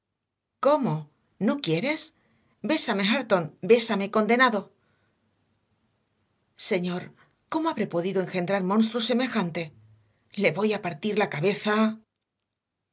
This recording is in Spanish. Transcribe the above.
cómo no quieres bésame hareton bésame condenado señor cómo habré podido engendrar monstruo semejante le voy a partir la cabeza